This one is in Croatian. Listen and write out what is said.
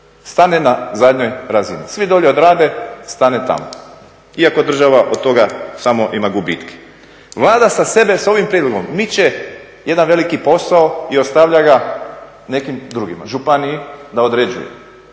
Stane na zadnjoj razini. Svi dolje odrade, stane tamo. Iako država od toga samo ima gubitke. Vlada sa sebe s ovim prijedlogom miče jedan veliki posao i ostavlja ga nekim drugima, županiji da određuje.